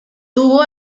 tuvo